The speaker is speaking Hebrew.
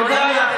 תודה לך.